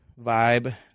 vibe